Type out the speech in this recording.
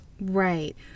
Right